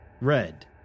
Red